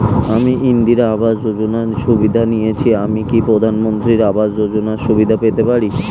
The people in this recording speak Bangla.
আমি ইন্দিরা আবাস যোজনার সুবিধা নেয়েছি আমি কি প্রধানমন্ত্রী আবাস যোজনা সুবিধা পেতে পারি?